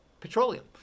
petroleum